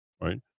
right